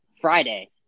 Friday